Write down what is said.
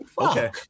Okay